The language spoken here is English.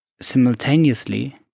simultaneously